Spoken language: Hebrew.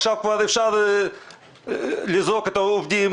עכשיו כבר אפשר לזרוק את העובדים.